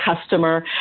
Customer